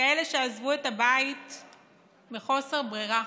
כאלה שעזבו את הבית מחוסר ברירה,